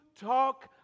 talk